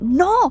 no